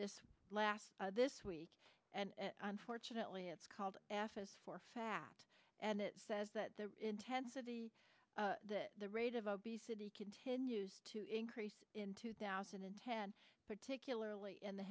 this last this week and unfortunately it's called fs for fat and it says that the intensity the rate of obesity continues to increase in two thousand and ten particularly in the